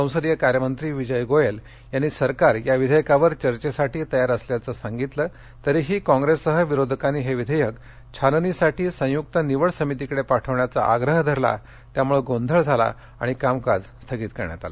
संसदीय कार्य मंत्री विजय गोयल यांनी सरकार या विधयेकावर चर्चेसाठी तयार असल्याचं सांगितलं तरीही काँप्रेससह विरोधकांनी हे विधेयक छाननीसाठी संयुक्त निवड समितीकडे पाठविण्याचा आग्रह धरला त्यामुळं गोंधळ झाला आणि कामकाज स्थगित करण्यात आलं